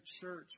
church